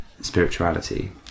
spirituality